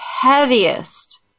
heaviest